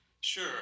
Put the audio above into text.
sure